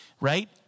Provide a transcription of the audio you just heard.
right